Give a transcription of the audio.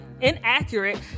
inaccurate